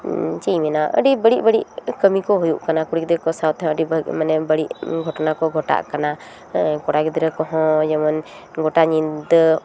ᱪᱮᱫ ᱤᱧ ᱢᱮᱱᱟ ᱟᱹᱰᱤ ᱵᱟᱹᱲᱤᱡ ᱵᱟᱹᱲᱤᱡ ᱠᱟᱹᱢᱤ ᱠᱚ ᱦᱩᱭᱩᱜ ᱠᱟᱱᱟ ᱠᱩᱲᱤ ᱜᱤᱫᱽᱨᱟ ᱠᱚ ᱥᱟᱶ ᱛᱮᱦᱚᱸ ᱟᱹᱰᱤ ᱵᱟᱹᱲᱤᱡ ᱜᱷᱚᱴᱚᱱᱟ ᱠᱚ ᱜᱷᱚᱴᱟᱜ ᱠᱟᱱᱟ ᱦᱮᱸ ᱠᱚᱲᱟ ᱜᱤᱫᱽᱨᱟᱹ ᱠᱚᱦᱚᱸ ᱡᱮᱢᱚᱱ ᱜᱚᱴᱟ ᱧᱤᱫᱟᱹ